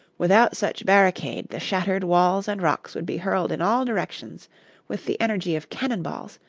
without such barricade the shattered walls and rocks would be hurled in all directions with the energy of cannonballs,